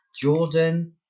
Jordan